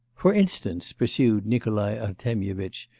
for instance pursued nikolai artemyevitch,